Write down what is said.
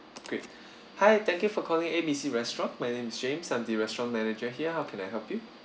okay hi thank you for calling A B C restaurant my name is james I'm the restaurant manager here how can I help you